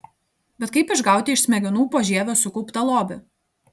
bet kaip išgauti iš smegenų požievio sukauptą lobį